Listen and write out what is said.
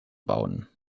bauen